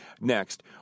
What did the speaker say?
Next